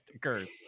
curse